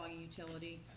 utility